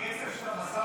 בקצב של המשא